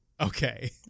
Okay